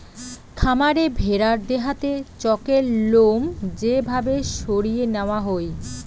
খামারে ভেড়ার দেহাতে চকের লোম যে ভাবে সরিয়ে নেওয়া হই